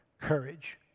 courage